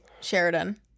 Sheridan